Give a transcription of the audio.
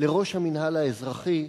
לראש המינהל האזרחי,